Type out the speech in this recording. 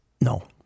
No